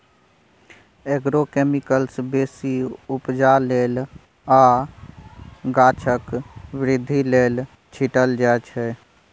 agrochemicals बेसी उपजा लेल आ गाछक बृद्धि लेल छीटल जाइ छै